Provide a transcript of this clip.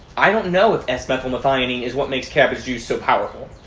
i don't know if s-methylmethionine is what makes cabbage juice so powerful.